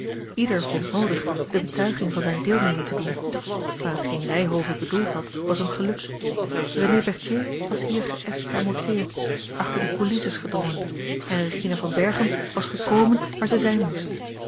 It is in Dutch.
ieder vond noodig de betuiging van zijne deelneming te doen maar hetgeen ryhove bedoeld had was hem gelukt renée berthier was geëscamoteerd achter de coulisses gedrongen en regina van berchem was gekomen waar zij zijn moest